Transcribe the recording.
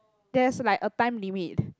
there's like a time limit